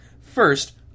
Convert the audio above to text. First